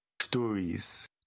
stories